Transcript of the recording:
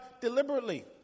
deliberately